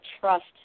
trust